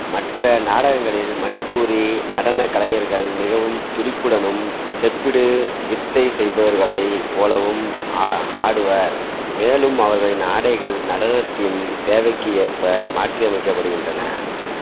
மற்ற நாடகங்களில் மணிப்பூரி நடனக் கலைஞர்கள் மிகவும் துடிப்புடனும் செப்பிடு வித்தை செய்பவர்களை போலவும் ஆ ஆடுவர் மேலும் அவர்களின் ஆடைகள் நடனத்தின் தேவைக்கு ஏற்ப மாற்றியமைக்கப்படுகின்றன